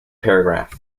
paragraph